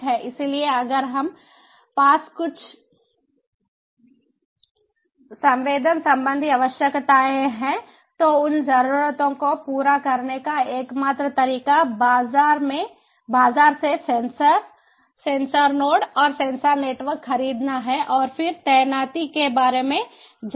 इसलिए अगर हमारे पास कुछ संवेदन संबंधी आवश्यकताएं हैं तो उन जरूरतों को पूरा करने का एकमात्र तरीका बाजार से सेंसर सेंसर नोड और सेंसर नेटवर्क खरीदना है और फिर तैनाती के बारे में जाना